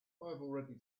already